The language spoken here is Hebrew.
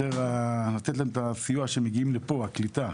יותר לתת להם את הסיוע שהם מגיעים לפה, הקליטה.